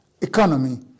economy